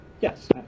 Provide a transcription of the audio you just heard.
Yes